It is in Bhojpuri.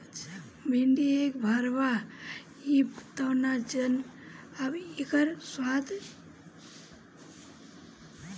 भिन्डी एक भरवा खइब तब न जनबअ इकर स्वाद